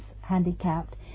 handicapped